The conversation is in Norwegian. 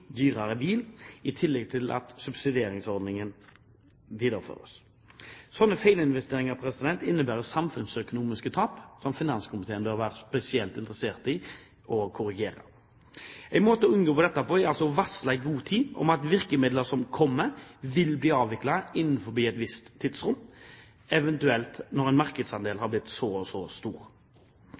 dyrere – bil i tillit til at subsidieringsordningen videreføres. Slike feilinvesteringer innebærer samfunnsøkonomiske tap som finanskomiteen bør være spesielt interessert i å korrigere. En måte å unngå dette på er å varsle i god tid om at virkemidlene som kommer, vil bli avviklet innen et visst tidsrom, eventuelt når en markedsandel har blitt så og så stor.